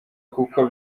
kuko